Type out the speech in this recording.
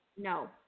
No